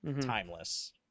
timeless